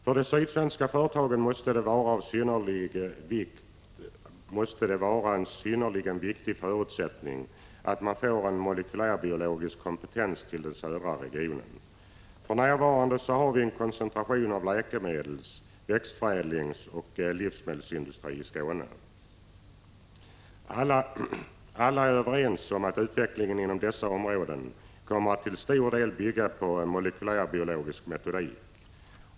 För de sydsvenska företagen måste det vara en synnerligen viktig förutsättning att man får en molekylärbiologisk kompetens till den södra regionen. För närvarande har vi en koncentration av läkemedels-, växtförädlingsoch livsmedelsindustri i Skåne. Alla är överens om att utvecklingen inom dessa områden kommer att till stor del bygga på en molekylärbiologisk metodik.